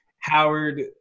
Howard